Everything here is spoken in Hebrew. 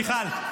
מיכל?